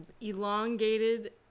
elongated